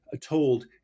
told